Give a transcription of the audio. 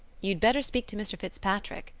you'd better speak to mr. fitzpatrick,